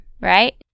right